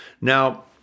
Now